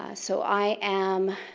so i am